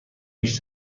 ریش